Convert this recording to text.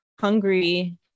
hungry